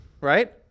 right